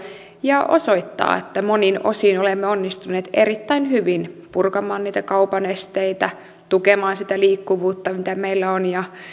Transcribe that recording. ja osoittaa että monin osin olemme onnistuneet erittäin hyvin purkamaan niitä kaupan esteitä tukemaan sitä liikkuvuutta mitä meillä on